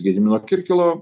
gedimino kirkilo